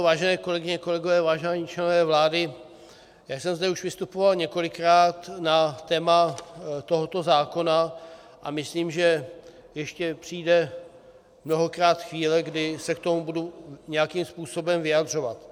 Vážené kolegyně, kolegové, vážení členové vlády, já jsem zde už vystupoval několikrát na téma tohoto zákona a myslím, že ještě přijde mnohokrát chvíle, kdy se k tomu budu nějakým způsobem vyjadřovat.